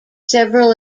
several